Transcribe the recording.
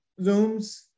Zooms